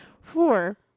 Four